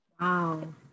Wow